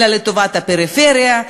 אלא לטובת הפריפריה,